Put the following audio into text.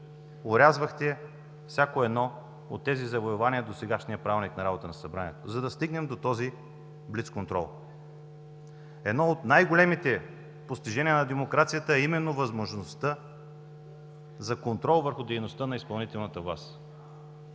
орязвахте всяко едно от тези завоевания в досегашния Правилник за работа на Събранието, за да стигнем до този блицконтрол. Едно от най-големите постижения на демокрацията е именно възможността за контрол върху дейността на изпълнителната власт.